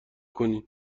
کنین